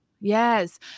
Yes